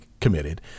committed